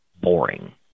boring